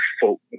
folk